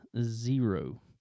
zero